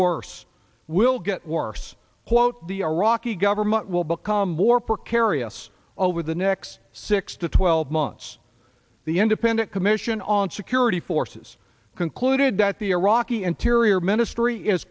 worse will get worse quote the iraqi government will become more precarious over the next six to twelve months the independent commission on security forces concluded that the iraqi interior ministry is